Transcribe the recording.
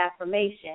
affirmation